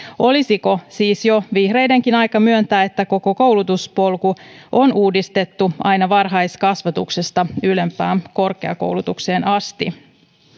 olisiko siis jo vihreidenkin aika myöntää että koko koulutuspolku on uudistettu aina varhaiskasvatuksesta ylempään korkeakoulutukseen asti